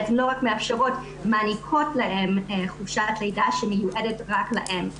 לא רק מאפשרות אלא מעניקות להם חופשת לידה שמיועדת רק להם,